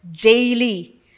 daily